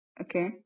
Okay